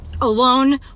alone